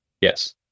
Yes